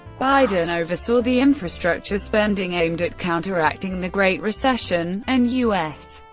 biden oversaw the infrastructure spending aimed at counteracting the great recession, and u s.